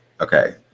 okay